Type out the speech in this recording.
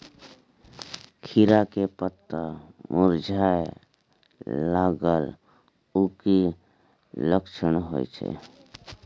खीरा के पत्ता मुरझाय लागल उ कि लक्षण होय छै?